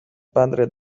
padre